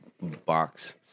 Box